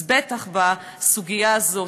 אז בטח בסוגיה הזאת.